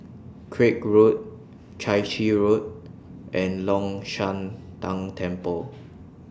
Craig Road Chai Chee Road and Long Shan Tang Temple